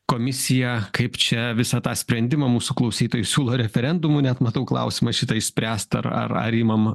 komisija kaip čia visą tą sprendimą mūsų klausytojai siūlo referendumu net matau klausimą šitą išspręst ar ar ar imam